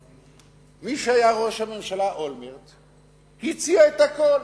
מי שהיה ראש הממשלה, אולמרט, הציע את הכול,